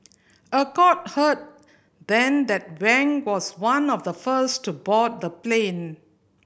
a court heard then that Wang was one of the first to board the plane